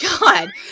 God